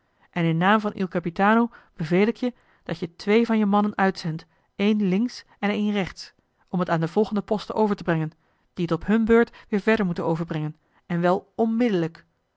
en in naam van il capitano beveel ik je dat je twee van je mannen uitzendt één links en één rechts om het aan de volgende posten over te brengen die het op hun beurt weer verder moeten overbrengen en wel onmiddellijk